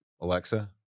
Alexa